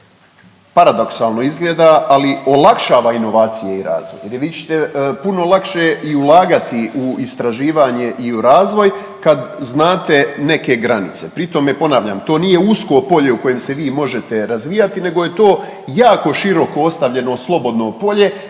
paradoksalno izgleda ali olakšava inovacije i razvoj jer vi ćete puno lakše i ulagati u istraživanje i u razvoj kad znate neke granice. Pri tome ponavljam, to nije usko polje u kojem se vi možete razvijati nego je to jako široko ostavljeno slobodno polje,